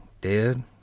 Dead